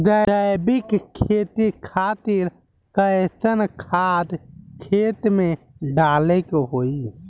जैविक खेती खातिर कैसन खाद खेत मे डाले के होई?